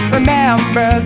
Remember